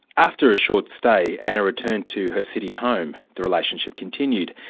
after a short stay, anna returned to her city home. the relationship continued.